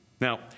Now